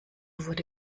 wurde